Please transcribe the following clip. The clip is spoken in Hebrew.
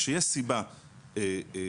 כשיש סיבה לתת,